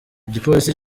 igipolisi